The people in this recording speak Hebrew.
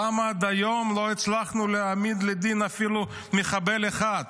למה עד היום לא הצלחנו להעמיד לדין אפילו מחבל אחד?